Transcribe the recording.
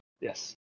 Yes